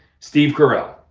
steve carell.